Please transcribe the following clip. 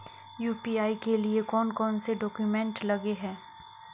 UPI के लिए कौन कौन से डॉक्यूमेंट लगे है?